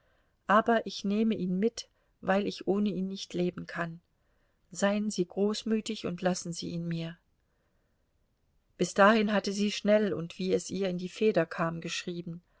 aber ich nehme ihn mit weil ich ohne ihn nicht leben kann seien sie großmütig und lassen sie ihn mir bis dahin hatte sie schnell und wie es ihr in die feder kam geschrieben